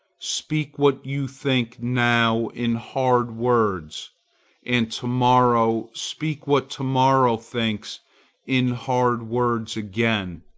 speak what you think now in hard words and to-morrow speak what to-morrow thinks in hard words again,